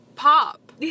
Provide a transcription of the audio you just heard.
pop